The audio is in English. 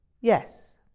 yes